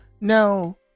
no